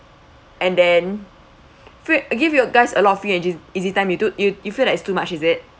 and then they give you guys a lot of free and easy time you do you you feel like it's too much is it